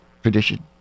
tradition